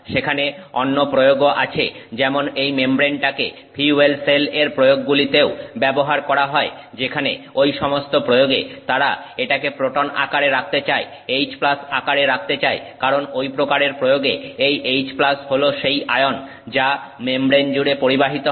সেখানে অন্য প্রয়োগও আছে যেমন এই মেমব্রেনটাকে ফিউয়েল সেল এর প্রয়োগগুলিতেও ব্যবহার করা হয় যেখানে ঐ সমস্ত প্রয়োগে তারা এটাকে প্রোটন আকারে রাখতে চায় H আকারে রাখতে চায় কারণ ঐ প্রকারের প্রয়োগে এই H হল সেই আয়ন যা মেমব্রেন জুড়ে পরিবাহিত হয়